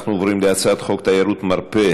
אנחנו עוברים להצעת חוק תיירות מרפא,